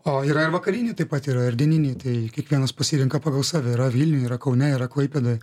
o yra ir vakariniai taip pat yra ir dieniniai tai kiekvienas pasirenka pagal save yra vilniuj yra kaune yra klaipėdoje